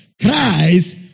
Christ